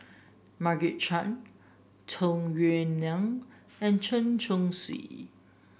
Margaret Chan Tung Yue Nang and Chen Chong Swee